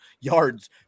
yards